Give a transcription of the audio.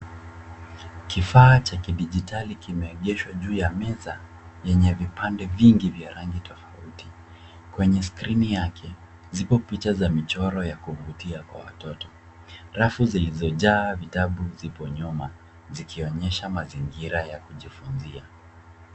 Kifaa cha kidijitali kimeegeshwa juu ya meza chenye vipande vingi vya rangi tofauti. Kwenye skrini yake ziko picha za michoro ya kuvutia kwa watoto. Rafu zilizo jaa vitabu zipo nyuma zikionyesha mazingira ya kujifunzia.